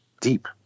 deep